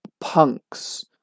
punks